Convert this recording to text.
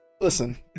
Listen